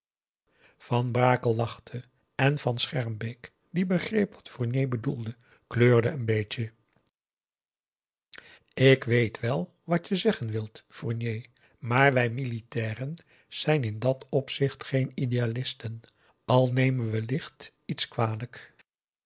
van brakel lachte en van schermbeek die begreep wat fournier bedoelde kleurde een beetje ik weet wel wat je zeggen wilt fournier maar wij militairen zijn in dat opzicht geen idealisten al nemen we licht iets kwalijk